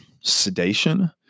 sedation